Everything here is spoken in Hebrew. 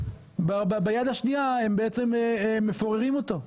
וביד השנייה הם בעצם מפוררים אותו.